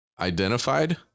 identified